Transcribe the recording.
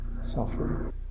suffering